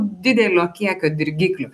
didelio kiekio dirgiklių